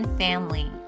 family